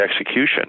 execution